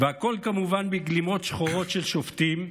והכול, כמובן, בגלימות שחורות של שופטים,